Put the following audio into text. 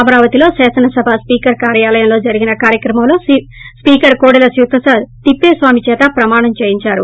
అమరావతిలో శాసనసభ స్సీకర్ కార్యాలయంలో జరిగిన కార్యక్రమంలో స్పీకర్ కోడెల శివప్రసాద్ తిప్పస్వామి చేత ప్రమాణం చేయించారు